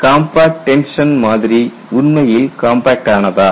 கேள்வி compact tension மாதிரி உண்மையில் காம்பாக்ட் ஆனதா